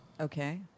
Okay